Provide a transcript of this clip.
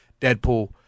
Deadpool